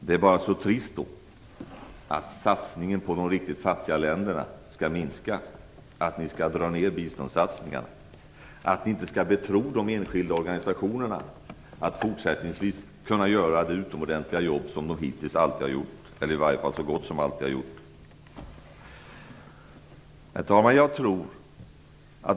Det är bara så trist att satsningarna på de riktigt fattiga länderna skall minska, att ni skall dra ner biståndssatsningarna, att ni inte skall betro de enskilda organisationerna att fortsättningsvis kunna göra det utomordentliga jobb som de hittills så gott som alltid har gjort. Herr talman!